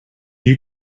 you